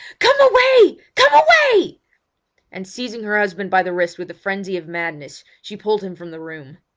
come away come away and seizing her husband by the wrist with the frenzy of madness, she pulled him from the room.